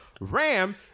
Ram